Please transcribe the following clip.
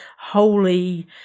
holy